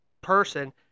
person